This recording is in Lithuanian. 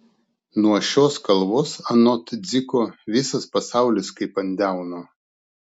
nuo šios kalvos anot dziko visas pasaulis kaip ant delno